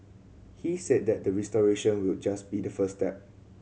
he said that the restoration will just be the first step